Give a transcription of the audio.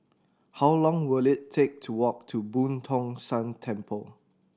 how long will it take to walk to Boo Tong San Temple